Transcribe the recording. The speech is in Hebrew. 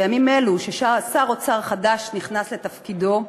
בימים אלו ששר אוצר חדש נכנס לתפקידו,